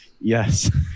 Yes